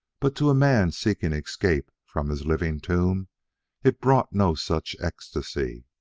but to a man seeking escape from his living tomb it brought no such ecstasy.